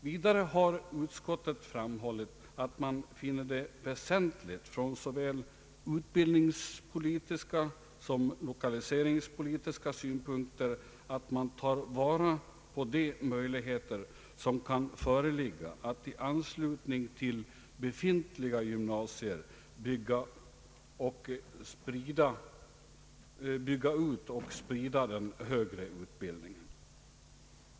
Vidare har utskottet framhållit att man finner det väsentligt från såväl utbildningspolitiska som lokaliseringspolitiska synpunkter att man tar vara på de möjligheter som kan föreligga att i anslutning till befintliga gymnasier bygga ut och sprida den högre utbildningen.